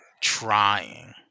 trying